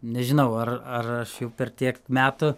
nežinau ar ar aš jau per tiek metų